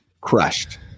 crushed